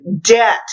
debt